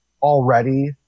already